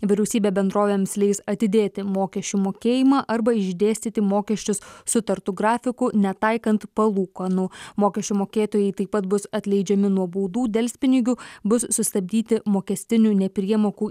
vyriausybė bendrovėms leis atidėti mokesčių mokėjimą arba išdėstyti mokesčius sutartu grafiku netaikant palūkanų mokesčių mokėtojai taip pat bus atleidžiami nuo baudų delspinigių bus sustabdyti mokestinių nepriemokų